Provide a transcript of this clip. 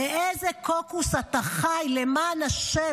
באיזה קוקוס חי, למען השם?